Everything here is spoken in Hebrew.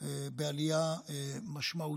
בעלייה משמעותית.